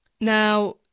Now